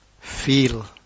feel